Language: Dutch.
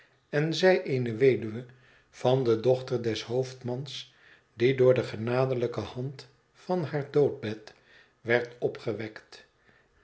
en ïij eene weduwe van de dochter des hoofdmans die door de genaderijke hand van haar doodbed werd opgewekt